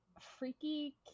Freaky